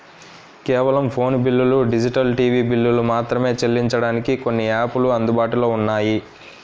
కేవలం ఫోను బిల్లులు, digital TV బిల్లులు మాత్రమే చెల్లించడానికి కొన్ని యాపులు అందుబాటులో ఉన్నాయి